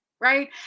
right